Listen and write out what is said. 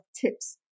tips